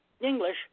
English